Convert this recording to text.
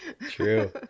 True